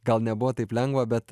gal nebuvo taip lengva bet